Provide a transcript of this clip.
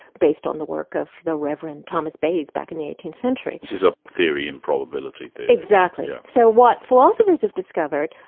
based on the work of the reverend thomas bayes, back in the eighteenth century. this is a theory in probability theory. exactly. so what philosophers have discovered,